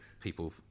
people